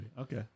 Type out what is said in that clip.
Okay